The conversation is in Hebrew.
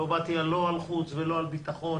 לא באתי לא על חוץ ולא על ביטחון,